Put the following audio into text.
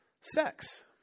sex